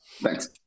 Thanks